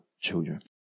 children